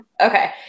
okay